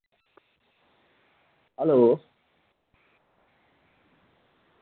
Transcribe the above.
hello